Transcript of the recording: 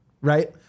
right